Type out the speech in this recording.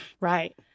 Right